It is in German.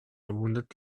verwundert